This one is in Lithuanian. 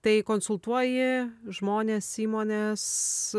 tai konsultuoji žmones įmones